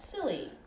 silly